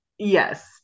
Yes